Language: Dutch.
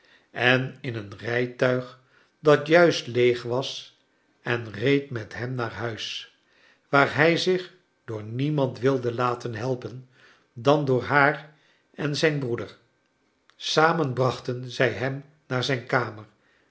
en in een rijtuig dat juist leeg was en reed met hem naar huis waar hij zich door niemand wilde laten helpen dan door haar en zijn broeder samen brachten zij hem naar zijn kamer